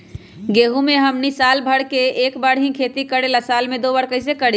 गेंहू के हमनी साल भर मे एक बार ही खेती करीला साल में दो बार कैसे करी?